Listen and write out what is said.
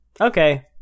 Okay